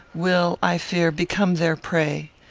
will, i fear, become their prey.